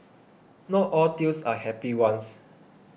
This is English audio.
not all tales are happy ones